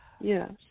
Yes